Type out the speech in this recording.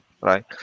right